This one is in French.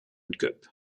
cup